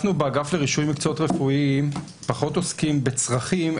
לרישוי מקצועות רפואיים פחות עוסקים בצרכים,